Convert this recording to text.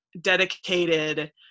dedicated